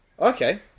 Okay